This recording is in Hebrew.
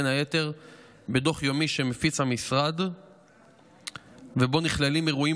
בין היתר בדוח יומי שמפיץ המשרד ובו נכללים אירועים